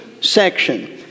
section